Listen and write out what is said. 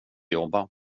jobba